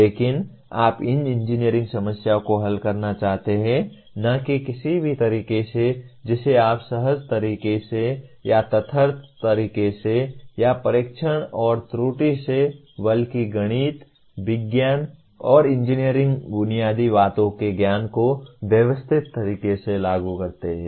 लेकिन आप इन इंजीनियरिंग समस्याओं को हल करना चाहते हैं न कि किसी भी तरीके से जिसे आप सहज तरीके से या तदर्थ तरीके से या परीक्षण और त्रुटि से बल्कि गणित विज्ञान और इंजीनियरिंग बुनियादी बातों के ज्ञान को व्यवस्थित तरीके से लागू करते हैं